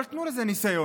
אבל תנו לזה ניסיון.